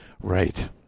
Right